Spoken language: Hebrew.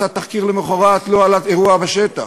עשה תחקיר למחרת לא על האירוע בשטח,